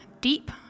deep